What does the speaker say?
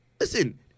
Listen